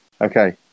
okay